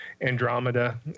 Andromeda